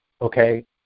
okay